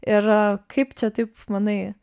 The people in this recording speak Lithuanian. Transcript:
ir kaip čia taip manai